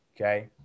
Okay